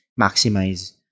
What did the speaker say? maximize